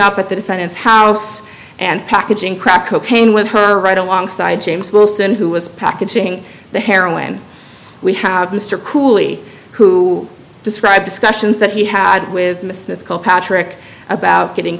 up at the defendant's house and packaging crack cocaine with her right alongside james wilson who was packaging the heroin we have mr cooley who described discussions that he had with mr patrick about getting